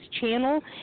channel